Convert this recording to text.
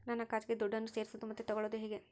ನನ್ನ ಖಾತೆಗೆ ದುಡ್ಡನ್ನು ಸೇರಿಸೋದು ಮತ್ತೆ ತಗೊಳ್ಳೋದು ಹೇಗೆ?